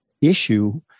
issue